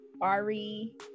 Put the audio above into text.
ari